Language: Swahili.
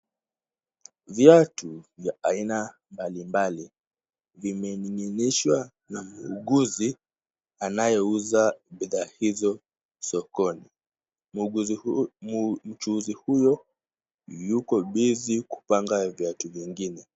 Viatu vya aina mbalimbali vimening'inishwa na muuguzi anayeuza bidhaa hizo sokoni. Mchuuzi huyo yuko busy kupanga viatu vingine.